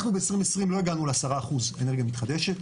אנחנו ב-2020 לא הגענו ל-10% אנרגיה מתחדשת,